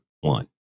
one